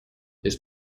his